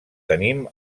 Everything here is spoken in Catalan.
tenim